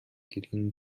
гэрийн